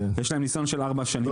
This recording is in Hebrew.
יש להם ניסיון של ארבע שנים.